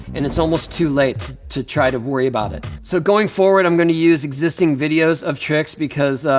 and it's almost too late to try to worry about it. so going forward, i'm gonna use existing videos of tricks because,